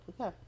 okay